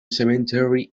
cemetery